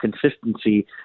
consistency